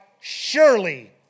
surely